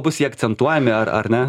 bus jie akcentuojami ar ar ne